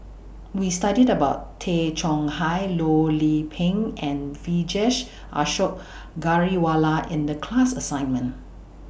We studied about Tay Chong Hai Loh Lik Peng and Vijesh Ashok Ghariwala in The class assignment